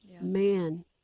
Man